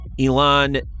Elon